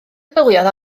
meddyliodd